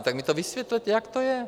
Tak mi to vysvětlete, jak to je.